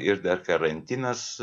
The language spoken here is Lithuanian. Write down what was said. ir dar karantinas